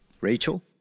Rachel